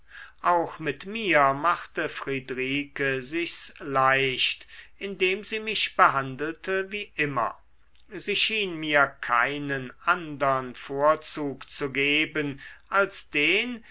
auch mit mir machte friedrike sich's leicht indem sie mich behandelte wie immer sie schien mir keinen andern vorzug zu geben als den